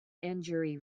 injury